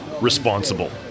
responsible